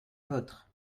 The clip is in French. vôtre